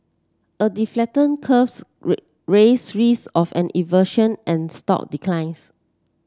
a the flattening curve raises risks of an inversion and stock declines